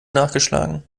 nachgeschlagen